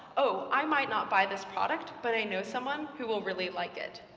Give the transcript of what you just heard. oh, i might not buy this product, but i know someone who will really like it.